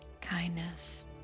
kindness